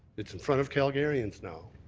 it's in front of calgarians now.